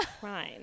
crime